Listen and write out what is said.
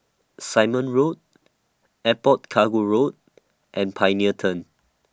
Simon Road Airport Cargo Road and Pioneer Turn